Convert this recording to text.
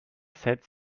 said